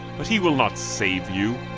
but he will not save you.